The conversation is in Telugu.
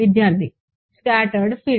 విద్యార్థి స్కాటర్ ఫీల్డ్